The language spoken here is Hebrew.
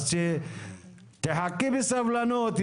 תחכי בסבלנות.